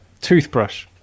toothbrush